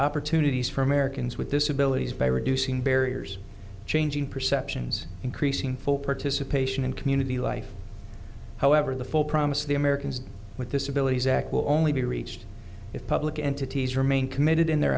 opportunities for americans with disabilities by reducing barriers changing perceptions increasing full participation in community life however the full promise of the americans with disabilities act will only be reached if public entities remain committed in their